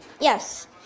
yes